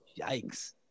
yikes